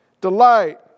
delight